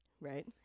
Right